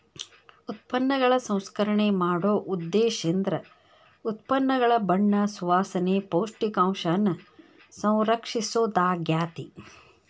ಉತ್ಪನ್ನಗಳ ಸಂಸ್ಕರಣೆ ಮಾಡೊ ಉದ್ದೇಶೇಂದ್ರ ಉತ್ಪನ್ನಗಳ ಬಣ್ಣ ಸುವಾಸನೆ, ಪೌಷ್ಟಿಕಾಂಶನ ಸಂರಕ್ಷಿಸೊದಾಗ್ಯಾತಿ